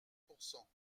pourcent